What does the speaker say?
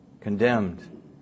condemned